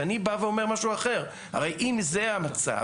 ואני בא ואומר משהו אחר: הרי אם זה המצב,